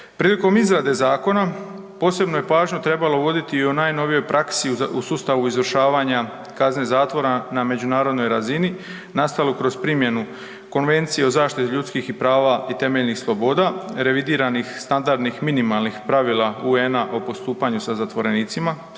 Prilikom izrade zakona posebnu je pažnju trebalo voditi i o najnovijoj praksi u sustavu izvršavanja kazne zatvora na međunarodnoj razini nastalu kroz primjenu Konvencije o zaštitu ljudski i prava i temeljnih sloboda revidiranih standardnih minimalnih pravila UN-a o postupanju sa zatvorenicima